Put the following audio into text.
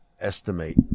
estimate